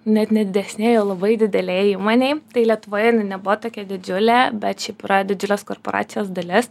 net ne didesnėj o labai didelėj įmonėj tai lietuvoje jinai nebuvo tokia didžiulė bet šiaip yra didžiulės korporacijos dalis